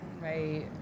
right